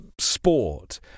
sport